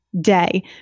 day